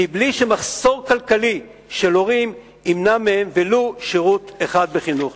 מבלי שמחסור כלכלי של הורים ימנע מהם ולו שירות אחד בחינוך.